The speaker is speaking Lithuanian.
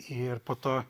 ir po to